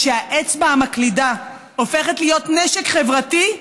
כשהאצבע המקלידה הופכת להיות נשק חברתי,